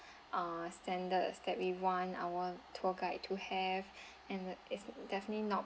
uh standards that we want our tour guide to have and uh it's definitely not